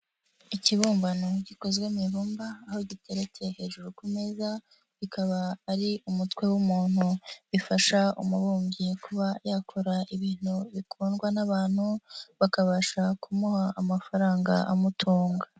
Ikibumbano gikozwe mu ibumba aho giteretse hejuru ku meza, kikaba ari umutwe w'umuntu, bifasha umubumbyi kuba yakora ibintu bikundwa n'abantu, bakabasha kumuha amafaranga amutunga.